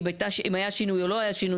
אם היה שינוי או לא היה שינוי,